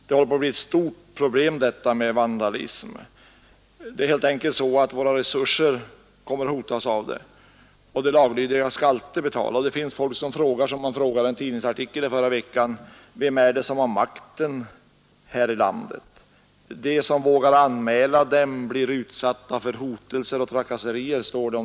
Vandalismen har blivit ett stort problem. Den hotar helt enkelt våra resurser. Och de laglydiga skall alltid betala. I en tidningsartikel förra veckan ställdes frågan: Vem är det som har makten här i landet? De som vågar anmäla dem blir utsatta för hotelser och trakasserier, står det.